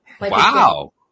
Wow